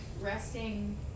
resting